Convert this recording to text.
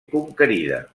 conquerida